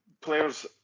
players